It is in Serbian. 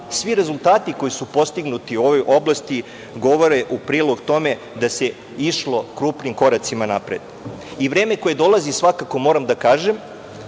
svi rezultati koji su postignuti u ovoj oblasti govore u prilog tome da se išlo krupnim koracima napred. Vreme koje dolazi svakako, moram da kažem,